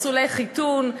לפסולי חיתון,